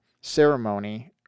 ceremony